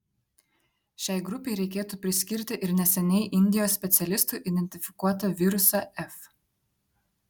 šiai grupei reikėtų priskirti ir neseniai indijos specialistų identifikuotą virusą f